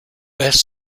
best